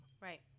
Right